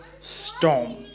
storm